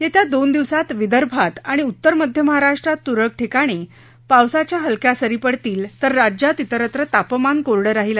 येत्या दोन दिवसात विदर्भात आणि उत्तर मध्य महाराष्ट्रात तुरळक ठिकाणी पावसाच्या हलक्या सरी पडतील तर राज्यात विरत्र तापमान कोरडं राहील